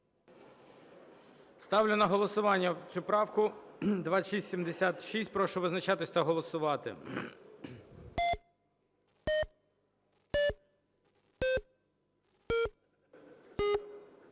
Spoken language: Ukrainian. Ставлю на голосування цю правку 2676. Прошу визначатися та голосувати.